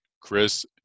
Chris